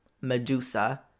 Medusa